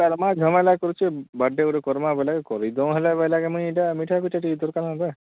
ତାର ମାଁ ଝେମେଲା କରୁଛେ ବାର୍ଥଡେ ଗୋଟେ କରମା୍ ବୋଏଲେ ଯେଁ କରିଦେଉଁ ହେଲେ ବୋଏଲା ତ ମୁଇଁ ଏଇଟା ମିଠା ଫିଠା ଟିକେ ଦରକାର ହେବା